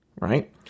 Right